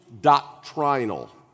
doctrinal